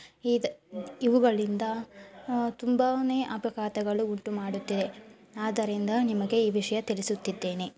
ಇದು ಇವುಗಳಿಂದ ತುಂಬಾ ಅಪಘಾತಗಳು ಉಂಟುಮಾಡುತ್ತಿದೆ ಆದ್ದರಿಂದ ನಿಮಗೆ ಈ ವಿಷಯ ತಿಳಿಸುತ್ತಿದ್ದೇನೆ